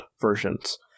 versions